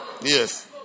Yes